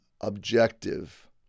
objective